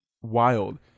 wild